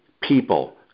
people